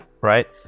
right